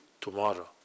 tomorrow